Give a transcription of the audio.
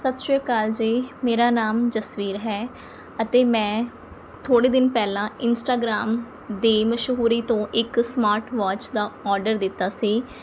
ਸਤਿ ਸ਼੍ਰੀ ਅਕਾਲ ਜੀ ਮੇਰਾ ਨਾਮ ਜਸਵੀਰ ਹੈ ਅਤੇ ਮੈਂ ਥੋੜ੍ਹੇ ਦਿਨ ਪਹਿਲਾਂ ਇੰਸਟਾਗ੍ਰਾਮ ਦੀ ਮਸ਼ਹੂਰੀ ਤੋਂ ਇੱਕ ਸਮਾਰਟ ਵਾਚ ਦਾ ਔਡਰ ਦਿੱਤਾ ਸੀ